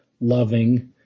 loving –